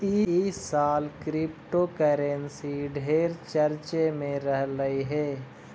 ई साल क्रिप्टोकरेंसी ढेर चर्चे में रहलई हे